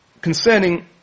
concerning